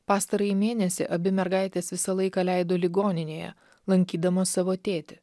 pastarąjį mėnesį abi mergaitės visą laiką leido ligoninėje lankydamos savo tėtį